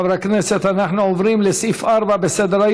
חברי הכנסת, אנחנו עוברים לסעיף 4 בסדר-היום: